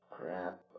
Crap